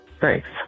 Thanks